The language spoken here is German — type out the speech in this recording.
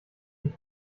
dich